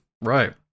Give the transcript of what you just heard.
Right